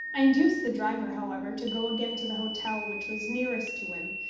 i induced the driver, however, to go again to the hotel which was nearest to him,